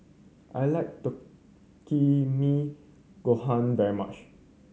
I like Takikomi Gohan very much